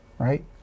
Right